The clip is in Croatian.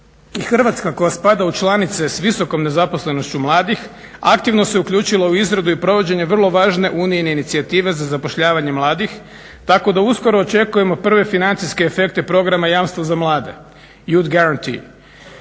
Hrvatska koja spada u članice s visokom nezaposlenošću mladih aktivno se uključila u izradu i provođenje vrlo važne unijine inicijative za zapošljavanje mladih tako da uskoro očekujemo prve financijske efekte programa jamstva za mlade, youth garanty.